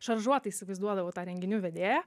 šaržuotai įsivaizduodavau tą renginių vedėją